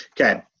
okay